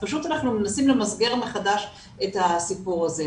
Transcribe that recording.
פשוט אנחנו מנסים למסגר מחדש את הסיפור הזה.